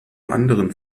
anderen